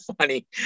funny